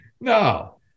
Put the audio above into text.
No